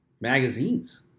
magazines